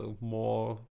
more